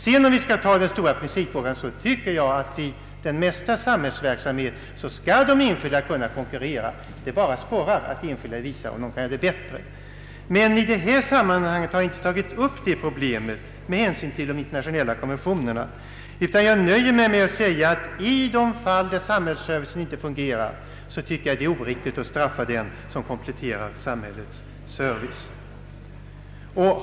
Om jag sedan skall beröra den stora principfrågan vill jag som min uppfattning framföra att enskilda skall kunna konkurrera inom de flesta grenarna av samhällets verksamhet. Det sporrar myndigheterna om de enskilda visar att något kan göras bättre. Jag har emellertid inte tagit upp det problemet i detta sammanhang med hänsyn till de internationella konventionerna, som Sverige biträtt, utan nöjer mig med att säga att jag anser att det är oriktigt att straffa den som kompletterar samhällets service i de fall densamma inte fungerar.